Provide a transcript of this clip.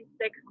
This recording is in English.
six